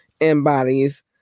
embodies